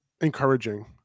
encouraging